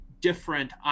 different